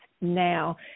now